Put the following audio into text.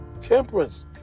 Temperance